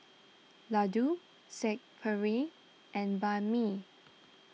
Ladoo Saag Perry and Banh Mi